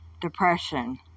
depression